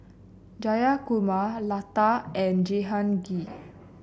Jayakumar Lata and Jehangirr